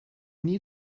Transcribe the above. nie